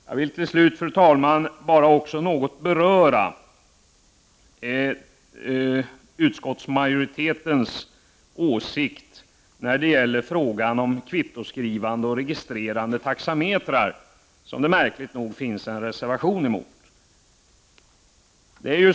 Jag vill till slut, fru talman, bara också något beröra utskottsmajoritetens uppfattning i frågan om kvittoskrivande och registrerande taxametrar, som det märkligt nog har avgivits en reservation emot.